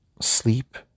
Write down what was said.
sleep